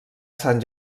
sant